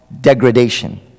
degradation